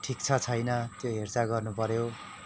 ठिक छ छैन त्यो हेरचाह गर्नुपऱ्यो